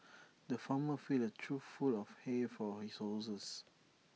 the farmer filled A trough full of hay for his horses